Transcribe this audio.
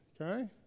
okay